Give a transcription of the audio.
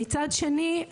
מצד שני,